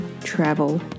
travel